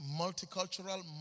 multicultural